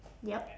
yup